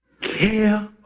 care